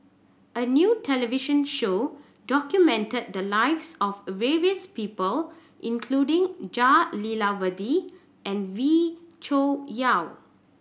a new television show documented the lives of various people including Jah Lelawati and Wee Cho Yaw